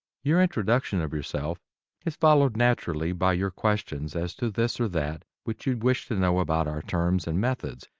your introduction of yourself is followed naturally by your questions as to this or that which you wish to know about our terms and methods,